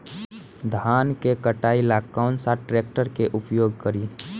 धान के कटाई ला कौन सा ट्रैक्टर के उपयोग करी?